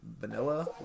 vanilla